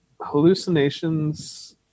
hallucinations